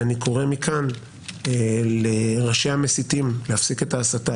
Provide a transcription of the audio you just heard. ואני קורא מכאן לראשי המסיתים להפסיק את ההסתה,